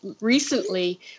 recently